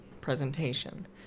presentation